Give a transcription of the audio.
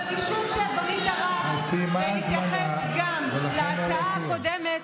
אבל משום שאדוני טרח להתייחס גם להצעה הקודמת,